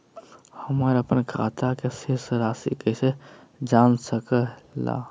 हमर अपन खाता के शेष रासि कैसे जान सके ला?